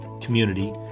community